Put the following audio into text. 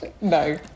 No